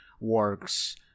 works